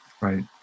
Right